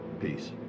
Peace